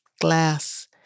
glass